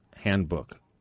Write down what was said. Handbook